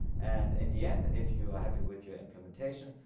and in the end, if you are happy with your implementation,